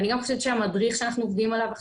אני גם חושבת שהמדריך שאנחנו עובדים עליו,